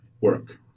work